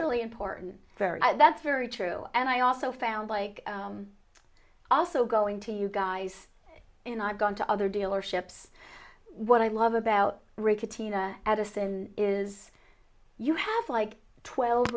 really important very that's very true and i also found like also going to you guys and i've gone to other dealerships what i love about ray catena addison is you have like twelve